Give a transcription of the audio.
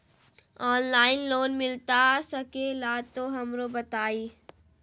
Online loan मिलता सके ला तो हमरो बताई?